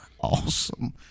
Awesome